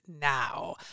now